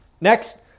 Next